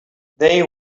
they